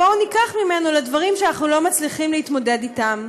בואו ניקח ממנו לדברים שאנחנו לא מצליחים להתמודד אתם.